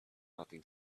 nothing